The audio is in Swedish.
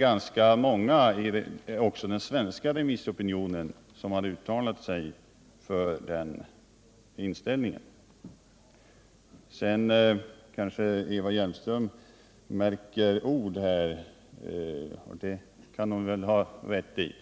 Ganska många också i den svenska remissopinionen har uttalat sig för den inställningen. Eva Hjelmström märker ord, och det kan hon väl ha rätt att göra.